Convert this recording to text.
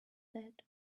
that